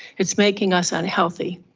it's making us unhealthy.